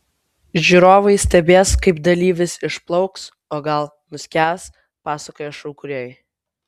žiūrovai stebės kaip dalyvis išplauks o gal nuskęs pasakoja šou kūrėjai